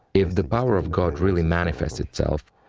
if the power of god really manifests itself.